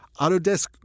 Autodesk